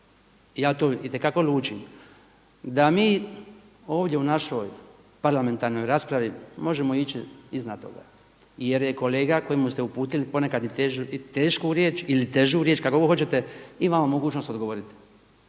ja to itekako lučim da mi ovdje u našoj parlamentarnoj raspravi možemo ići iznad toga, jer je kolega kojemu ste uputili ponekad i tešku riječ ili težu riječ kako god hoćete, ima vam mogućnost odgovoriti